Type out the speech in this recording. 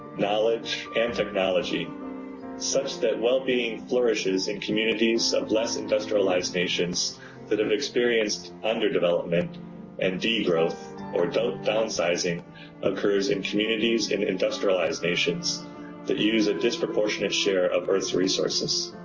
knowledge and technology such that well-being flourishes in communities of less industrialized nations that have experienced underdevelopment and de-growth, or downsizing occurs in communities in industrialized nations that use a disproportionate share of earth s resources.